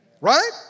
Right